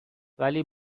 ولی